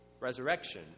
Resurrection